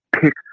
pick